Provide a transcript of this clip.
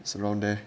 is around there